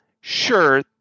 sure